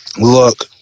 look